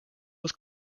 was